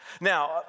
Now